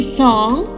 song